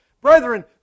Brethren